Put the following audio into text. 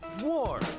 war